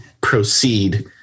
proceed